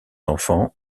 enfants